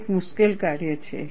તે એક મુશ્કેલ કાર્ય છે